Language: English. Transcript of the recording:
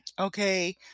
Okay